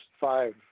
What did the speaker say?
five